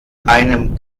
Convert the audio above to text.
einem